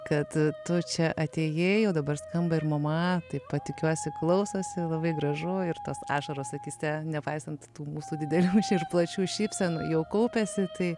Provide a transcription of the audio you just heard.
kad tu čia atėjai o dabar skamba ir mama taip pat tikiuosi klausosi labai gražu ir tas ašaras akyse nepaisant tų mūsų didelių ir plačių šypsenų jau kaupiasi tai